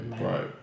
Right